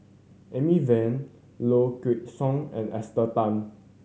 Amy Van Low Kway Song and Esther Tan